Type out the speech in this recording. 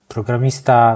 Programista